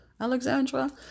Alexandra